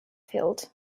field